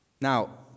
Now